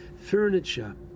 Furniture